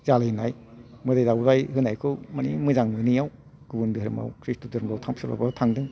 जालायनाय मोदाय दावदाय होनायखौ मानि मोजां मोनिआव गुबुन धोरोमाव कृष्ण धोरोमाव सोरबाबा थांदों